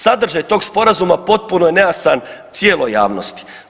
Sadržaj tog sporazuma potpuno je nejasan cijeloj javnosti.